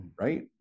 right